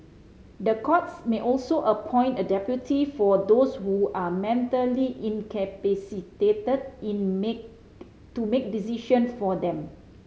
the courts may also appoint a deputy for those who are mentally incapacitated in to make decision for them